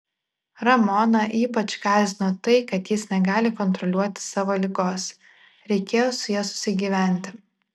ramoną ypač gąsdino tai kad jis negali kontroliuoti savo ligos reikėjo su ja susigyventi